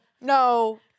No